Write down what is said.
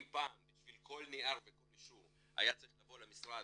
אם פעם בשביל כל נייר וכל אישור היה צריך לבוא למשרד,